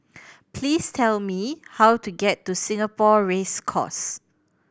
please tell me how to get to Singapore Race Course